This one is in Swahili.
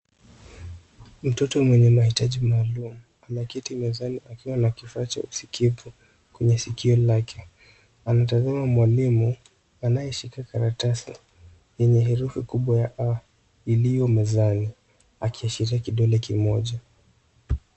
Mtoto mwenye mahitaji maalumu ameketi mezani akiwa na kifaa cha usikifu kwenye sikio lake. Anatazama mwalimu anayeshika karatasi yenye herufi kubwa ya A iliyo mezani akiashilia kodole kimoja.